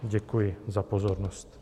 Děkuji za pozornost.